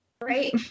Right